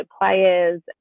players